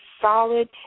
solid